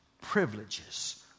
privileges